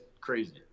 crazy